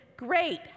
Great